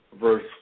verse